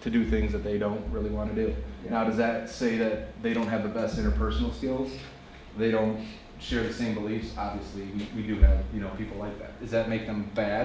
to do things that they don't really want to do and how does that say that they don't have the best interpersonal skills they don't share the same beliefs obviously we do have you know people like that does that make them bad